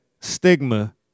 stigma